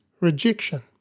rejection